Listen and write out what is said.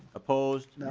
opposed?